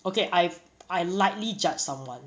okay I've I lightly judge someone